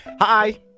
Hi